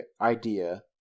idea